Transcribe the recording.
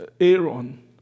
Aaron